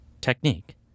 technique